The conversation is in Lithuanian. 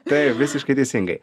taip visiškai teisingai